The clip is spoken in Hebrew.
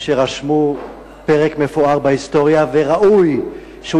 שרשמו פרק מפואר בהיסטוריה וראוי שהוא